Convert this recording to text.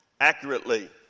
accurately